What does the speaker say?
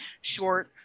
short